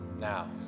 now